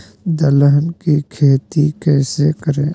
दलहन की खेती कैसे करें?